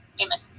Amen